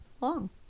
long